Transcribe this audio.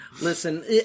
Listen